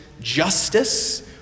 justice